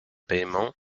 paiement